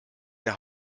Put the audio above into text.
der